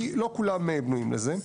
כי לא כולם בנויים לזה.